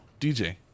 DJ